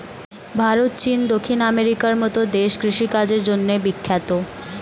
ভারত, চীন, দক্ষিণ আমেরিকার মতো দেশ কৃষি কাজের জন্যে বিখ্যাত